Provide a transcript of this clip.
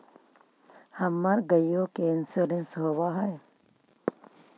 हमर गेयो के इंश्योरेंस होव है?